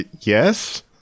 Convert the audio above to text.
Yes